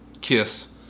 Kiss